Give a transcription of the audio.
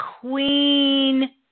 Queen